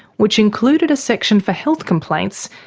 which included a section for health complaints,